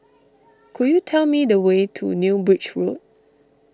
could you tell me the way to New Bridge Road